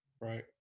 Right